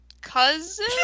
cousin